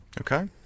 Okay